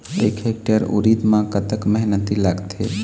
एक हेक्टेयर उरीद म कतक मेहनती लागथे?